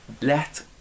let